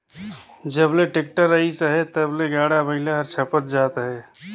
जब ले टेक्टर अइस अहे तब ले गाड़ा बइला हर छपत जात अहे